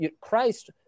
Christ